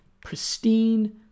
pristine